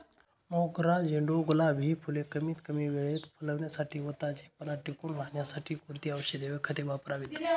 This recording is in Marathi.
मोगरा, झेंडू, गुलाब हि फूले कमीत कमी वेळेत फुलण्यासाठी व ताजेपणा टिकून राहण्यासाठी कोणती औषधे व खते वापरावीत?